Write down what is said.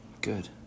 Good